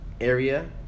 area